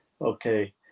okay